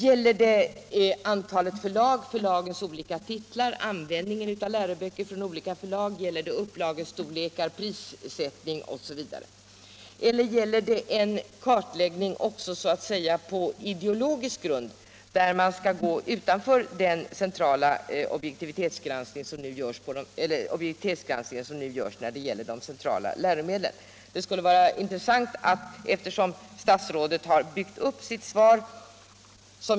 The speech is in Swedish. Gäller den antalet förlag, förlagens olika titlar, användningen av läroböcker från olika förlag, upplagsstorlekar, prissättning e. d. eller är det en kartläggning också på så att säga ideologisk grund som går utanför den objektivitetsgranskning som nu sker av de centrala läromedlen?